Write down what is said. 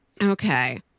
Okay